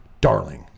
darling